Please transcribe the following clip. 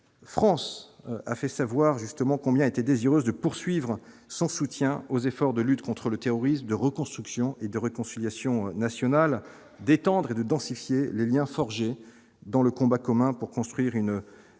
France a fait savoir justement combien était désireuse de poursuivre son soutien aux efforts de lutte contre le terrorisme de reconstruction et de réconciliation nationale, d'étendre et de densifier le lien forgé dans le combat commun pour construire une paix